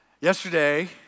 Yesterday